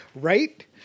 Right